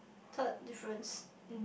third difference